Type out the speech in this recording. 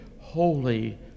holy